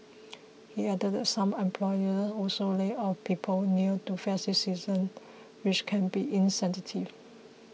he added that some employers also lay off people near to festive seasons which can be insensitive